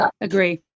Agree